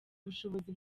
ubushobozi